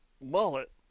mullet